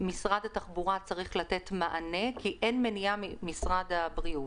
שמשרד התחבורה צריך לתת מענה כי אין מניעה לזה ממשרד הבריאות.